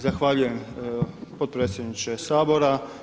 Zahvaljujem potpredsjedniče Sabora.